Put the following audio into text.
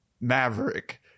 maverick